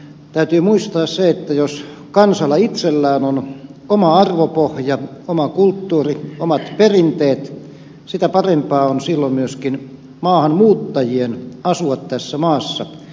täytyy muistaa se että jos kansalla itsellään on oma arvopohja oma kulttuuri omat perinteet sitä parempaa on silloin myöskin maahanmuuttajien asua tässä maassa